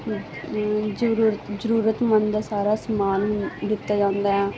ਜਰੂਰਤਮੰਦ ਦਾ ਸਾਰਾ ਸਮਾਨ ਦਿੱਤਾ ਜਾਂਦਾ